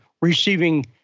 receiving